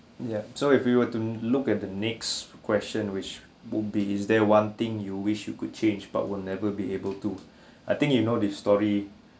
ya so if we were to look at the next question which whop~ is there one thing you wish you could change but will never be able to I think you know the story